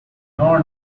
nor